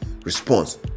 response